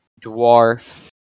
dwarf